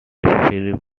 film